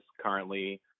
currently